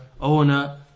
owner